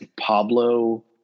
Pablo